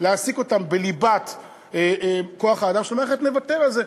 להעסיק אותם בליבת כוח-האדם של המערכת נוותר על זה.